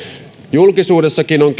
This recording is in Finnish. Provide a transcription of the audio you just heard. julkisuudessakin on